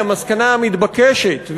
המסקנה המתבקשת,